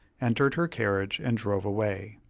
entered her carriage and drove away.